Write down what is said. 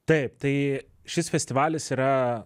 taip tai šis festivalis yra